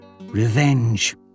Revenge